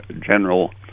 general